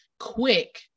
quick